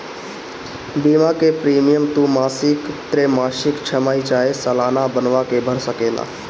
बीमा के प्रीमियम तू मासिक, त्रैमासिक, छमाही चाहे सलाना बनवा के भर सकेला